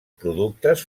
productes